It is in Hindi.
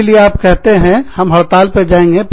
इसीलिए आप कहते हैं हम हड़ताल पर जाएंगे